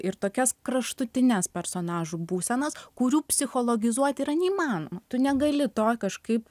ir tokias kraštutines personažų būsenas kurių psichologizuot yra neįmanoma tu negali to kažkaip